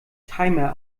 timer